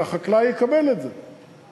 אבל החקלאי יקבל את זה.